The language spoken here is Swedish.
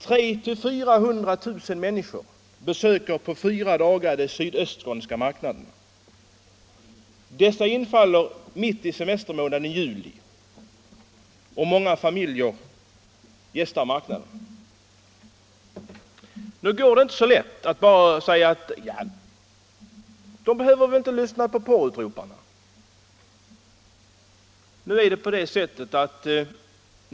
300 000-400 000 människor besöker på fyra dagar de sydöstskånska marknaderna. Dessa infaller mitt i semestermånaden juli, och många familjer gästar dem. ”Men de behöver väl inte lyssna på porrutroparna”, kanske någon invänder, men så lätt går det inte.